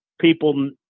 People